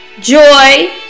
joy